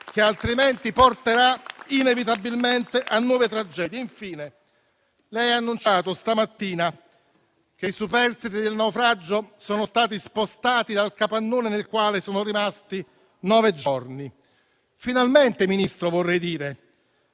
che altrimenti porterà inevitabilmente a nuove tragedie. Infine, lei ha annunciato stamattina che i superstiti del naufragio sono stati spostati dal capannone nel quale sono rimasti nove giorni. Finalmente, signor Ministro, vorrei dire!